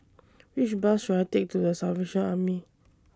Which Bus should I Take to The Salvation Army